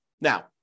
Now